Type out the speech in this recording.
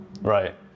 Right